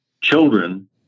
children